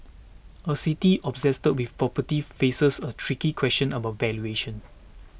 a city obsessed with property faces a tricky question about valuation